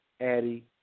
Addie